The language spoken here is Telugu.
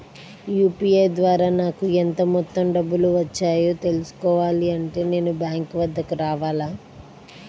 యూ.పీ.ఐ ద్వారా నాకు ఎంత మొత్తం డబ్బులు వచ్చాయో తెలుసుకోవాలి అంటే నేను బ్యాంక్ వద్దకు రావాలా?